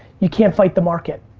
you can't fight the market.